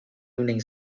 evening